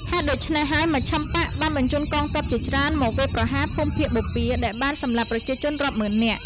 ហេតុដូច្នេះហើយ មជ្ឈិមបក្សបានបញ្ជូនកងទ័ពជាច្រើនមកវាយប្រហារភូមិភាគបូព៌ា ដែលបានសម្លាប់ប្រជាជនរាប់ម៉ឺន នាក់។